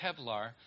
Kevlar